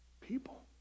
People